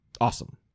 awesome